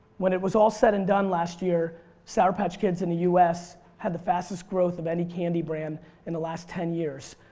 when it was all said and done last year's sour patch kids in the us had the fastest growth of any candy brand in the last ten years.